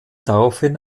daraufhin